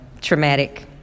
traumatic